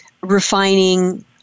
refining